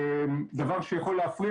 דבר שיכול להפריע,